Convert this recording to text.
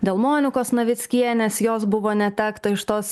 dėl monikos navickienės jos buvo netekta iš tos